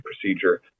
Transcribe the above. procedure